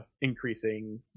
increasing